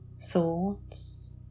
thoughts